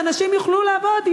אנשים יוכלו לעבוד.